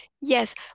Yes